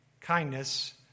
kindness